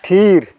ᱛᱷᱤᱨ